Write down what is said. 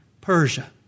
Persia